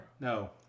No